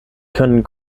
können